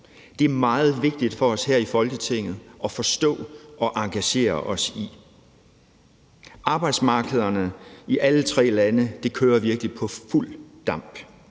Det er meget vigtigt for os her i Folketinget at forstå og engagere os i. Arbejdsmarkederne i alle tre lande kører virkelig på fuld damp.